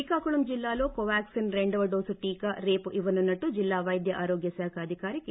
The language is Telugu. శ్రీకాకుళం జిల్లాలో రేపు కోవాక్సిన్ రెండో డోసు టీకా ఇవ్వనున్సట్టు జిల్లా పైద్య ఆరోగ్యశాఖ అధికారి కె